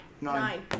Nine